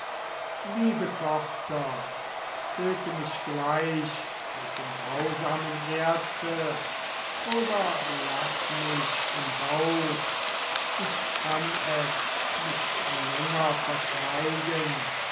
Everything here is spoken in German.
liebe tochter töte mich gleich mit dem grausamen erze oder laß mich im haus ich kann es nicht länger verschweigen